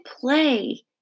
play